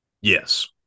Yes